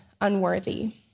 unworthy